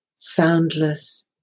soundless